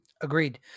Agreed